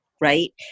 Right